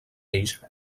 ells